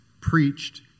preached